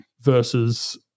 Versus